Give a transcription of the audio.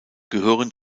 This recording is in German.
gehören